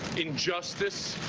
injustice,